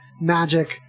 magic